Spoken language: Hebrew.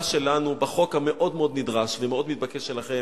שלנו בחוק המאוד-מאוד נדרש ומאוד מתבקש שלכם,